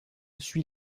suit